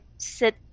Sit